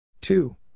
Two